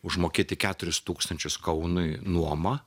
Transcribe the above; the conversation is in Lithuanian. užmokėti keturis tūkstančius kaunui nuomą